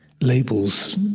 labels